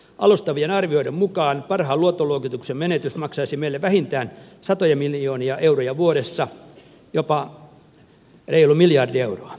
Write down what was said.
alustavien arvioiden mukaan parhaan luottoluokituksen menetys maksaisi meille vähintään satoja miljoonia euroja vuodessa jopa reilun miljardi euroa